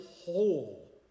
whole